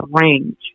range